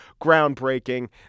groundbreaking